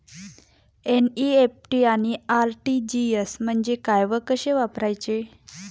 NEFT आणि RTGS म्हणजे काय व कसे वापरायचे?